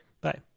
Bye